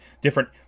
Different